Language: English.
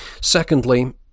Secondly